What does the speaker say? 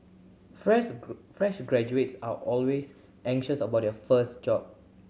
fresh fresh graduates are always anxious about their first job